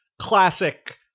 classic-